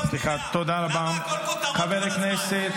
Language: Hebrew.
לפיד -- חברת הכנסת.